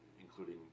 including